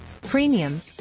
premium